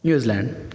New Zealand